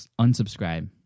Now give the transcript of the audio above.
unsubscribe